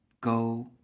go